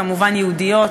כמובן יהודיות,